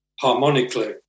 harmonically